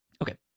Okay